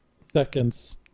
seconds